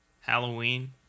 Halloween